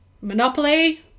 monopoly